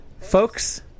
folks